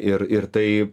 ir ir tai